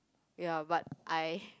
ya but I